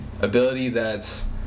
ability—that's